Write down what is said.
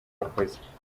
wakoze